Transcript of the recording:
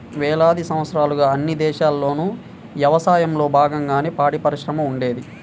వేలాది సంవత్సరాలుగా అన్ని దేశాల్లోనూ యవసాయంలో బాగంగానే పాడిపరిశ్రమ ఉండేది